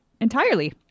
Entirely